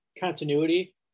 continuity